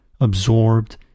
absorbed